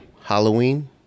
Halloween